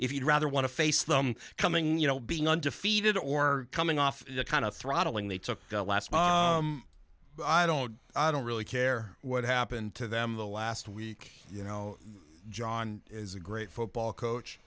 you'd rather want to face them coming you know being undefeated or coming off the kind of throttling they took last i don't i don't really care what happened to them the last week you know john is a great football coach